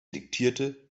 diktierte